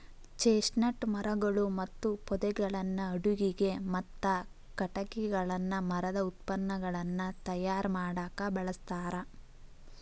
chestnut ಮರಗಳು ಮತ್ತು ಪೊದೆಗಳನ್ನ ಅಡುಗಿಗೆ, ಮತ್ತ ಕಟಗಿಗಳನ್ನ ಮರದ ಉತ್ಪನ್ನಗಳನ್ನ ತಯಾರ್ ಮಾಡಾಕ ಬಳಸ್ತಾರ